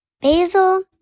basil